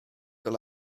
fel